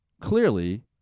clearly